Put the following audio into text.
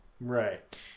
Right